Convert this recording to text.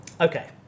Okay